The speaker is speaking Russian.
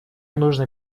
нужно